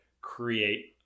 create